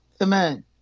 Amen